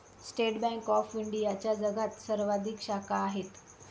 state bank of इंडियाच्या जगात सर्वाधिक शाखा आहेत